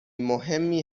مهمی